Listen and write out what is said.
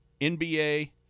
NBA